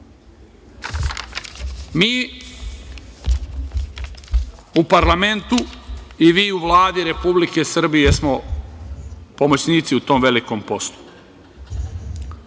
u parlamentu i vi u Vladi Republike Srbije smo pomoćnici u tom velikom poslu.